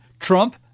Trump